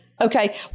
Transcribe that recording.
Okay